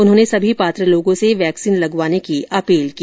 उन्होंने सभी पात्र लोगों से वैक्सीन लगवाने की अपील की